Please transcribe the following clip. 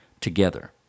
together